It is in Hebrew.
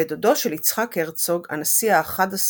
ודודו של יצחק הרצוג הנשיא ה-11